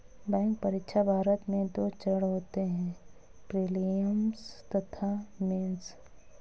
bank परीक्षा, भारत में दो चरण होते हैं प्रीलिम्स तथा मेंस